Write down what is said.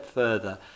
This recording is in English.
further